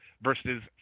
versus